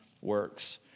works